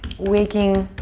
waking